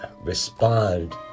respond